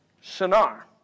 Shinar